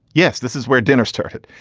yes. this is where dinner started.